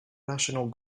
national